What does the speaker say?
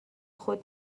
خود